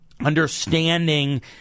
understanding